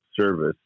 service